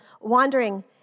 wandering